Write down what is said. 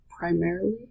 Primarily